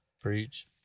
Preach